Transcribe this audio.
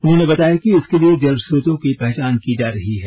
उन्होंने बताया कि इसके लिए जल स्रोतों की पहचान की जा रही हैं